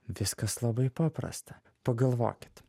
viskas labai paprasta pagalvokit